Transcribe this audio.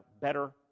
better